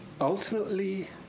Ultimately